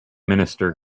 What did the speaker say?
minister